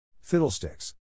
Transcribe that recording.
Fiddlesticks